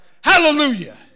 Hallelujah